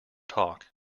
talk